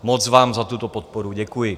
Moc vám za tuto podporu děkuji.